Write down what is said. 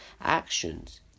Actions